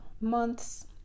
months